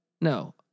No